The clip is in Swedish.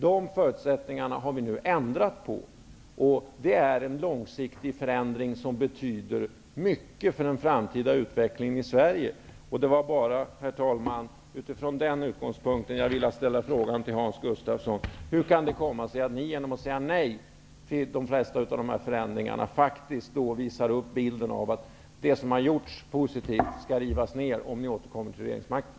De förutsättningarna har vi nu ändrat på, och det är en långsiktig förändring som betyder mycket för den framtida utvecklingen i Sverige. Det var, herr talman, utifrån den utgångspunkten jag ville ställa frågan till Hans Gustafsson: Hur kan det komma sig att ni genom att säga nej till de flesta av de här förändringarna faktiskt visar upp bilden av att det positiva som har gjorts skall rivas ner, om ni återkommer till regeringsmakten?